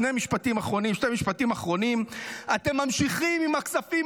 שני משפטים אחרונים: אתם ממשיכים עם הכספים